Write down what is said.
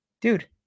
Dude